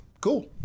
cool